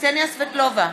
קסניה סבטלובה,